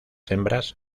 hembras